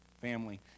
family